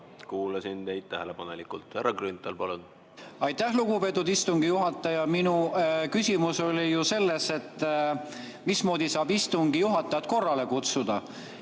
Kuulasin teid tähelepanelikult. Härra Grünthal, palun! Aitäh, lugupeetud istungi juhataja! Minu küsimus oli ju see, mismoodi saab istungi juhatajat korrale kutsuda.